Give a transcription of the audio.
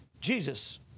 Jesus